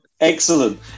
Excellent